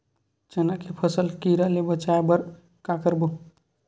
चना के फसल कीरा ले बचाय बर का करबो?